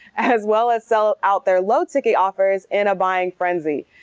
as well as sell out their low ticket offers in a buying frenzy.